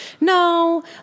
no